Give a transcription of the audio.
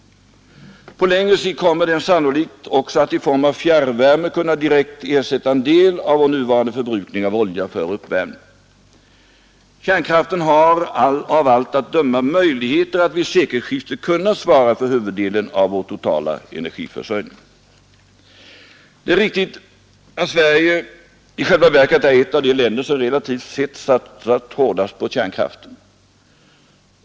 På längre sikt kommer den sannolikt också att i form av fjärrvärme kunna direkt ersätta en del av vår nuvarande förbrukning av olja för uppvärmning. Kärnkraften har av allt att döma möjligheter att vid sekelskiftet svara för huvuddelen av vår totala energiförsörjning. Det är riktigt att Sverige i själva verket är ett av de länder som relativt sett satsat hårdast på kärnkraften.